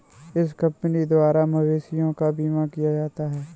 इस कंपनी द्वारा मवेशियों का बीमा किया जाता है